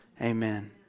amen